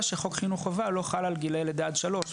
שחוק חינוך חובה לא חל על גילאי לידה עד שלוש,